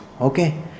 okay